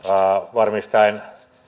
varmistaen